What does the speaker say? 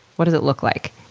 what does it look like?